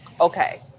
okay